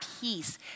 peace